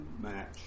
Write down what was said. match